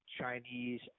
Chinese